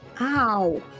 Ow